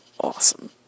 awesome